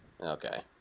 Okay